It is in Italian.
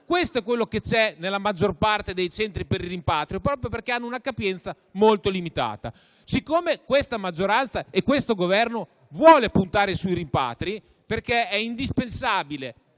Questo è quello che c'è nella maggior parte dei Centri per il rimpatrio, proprio per la loro capienza molto limitata. Questa maggioranza e questo Governo intendono puntare sui rimpatri, perché è indispensabile